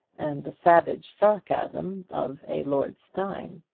and the savage sarcasm of a lord steyne.